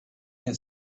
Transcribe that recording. can